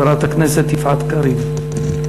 חברת הכנסת יפעת קריב.